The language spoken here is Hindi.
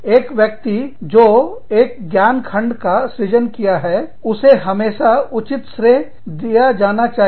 एक व्यक्ति जो एक ज्ञान खंड का सृजन किया है उसे हमेशा उसका उचित श्रेय दिया जाना चाहिए